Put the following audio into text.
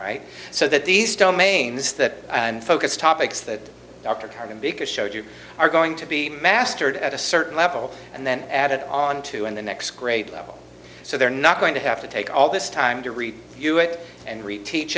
right so that these domains that and focus topics that dr carmen because showed you are going to be mastered at a certain level and then added on to in the next grade level so they're not going to have to take all this time to read you it and reteach